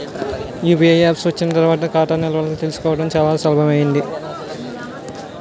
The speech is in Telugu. యూపీఐ యాప్స్ వచ్చిన తర్వాత ఖాతా నిల్వలు తెలుసుకోవడం చాలా సులభమైంది